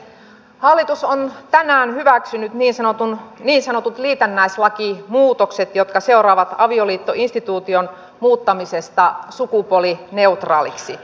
hallitus on tänään hyväksynyt niin sanotut liitännäislakimuutokset jotka seuraavat avioliittoinstituution muuttamisesta sukupuolineutraaliksi